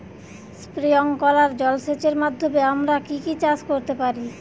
Sprinkler জলসেচের মাধ্যমে আমরা কি কি চাষ করতে পারি?